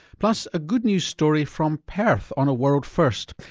plus a good news story from perth on a world first.